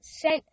sent